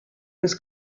was